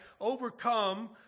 overcome